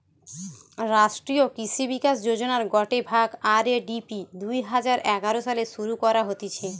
রাষ্ট্রীয় কৃষি বিকাশ যোজনার গটে ভাগ, আর.এ.ডি.পি দুই হাজার এগারো সালে শুরু করা হতিছে